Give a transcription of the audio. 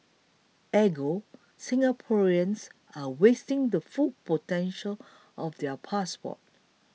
Ergo Singaporeans are wasting the full potential of their passports